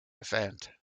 event